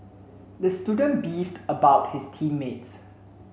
the student beefed about his team mates